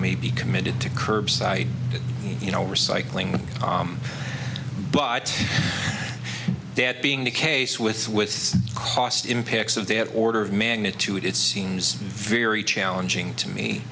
may be committed to curbside you know recycling but that being the case with with cost impacts of they have order of magnitude it seems very challenging to me